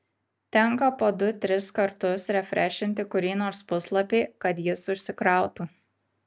tenka po du tris kartus refrešinti kurį nors puslapį kad jis užsikrautų